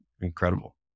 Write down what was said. incredible